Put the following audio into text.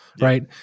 right